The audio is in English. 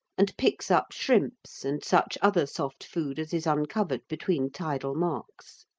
and picks up shrimps and such other soft food as is uncovered between tidal marks.